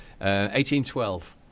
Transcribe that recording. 1812